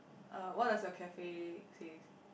uh what does your cafe says